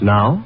Now